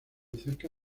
cerca